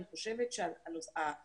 אני חושבת שהספציפיקציה